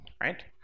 right